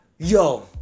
Yo